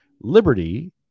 Liberty